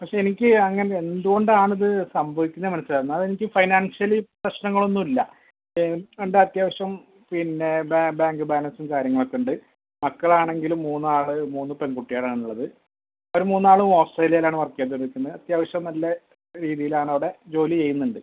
പക്ഷേ എനിക്ക് അങ്ങനെ എന്ത് കൊണ്ടാണ് ഇത് സംഭവിച്ചേന്ന് മനസ്സിലാവുന്നില്ല അത് എനിക്ക് ഫൈനാൻഷ്യലി പ്രശ്ങ്ങളൊന്നുവില്ല എനിക്ക് വേണ്ട അത്യാവശ്യം പിന്നെ ബാ ബാങ്ക് ബാലൻസും കാര്യങ്ങളൊക്കെ ഉണ്ട് മക്കളാണെങ്കിലും മൂന്നാള് മൂന്ന് പെങ്കുട്ടികളാണുള്ളത് അവർ മൂന്നാളും ഓസ്ട്രേലിയയിലാണ് വർക്ക് ചെയ്തോണ്ടിരിക്കിന്നെ അത്യാവശ്യം നല്ല രീതീലാണവിടെ ജോലി ചെയ്യുന്നുണ്ട്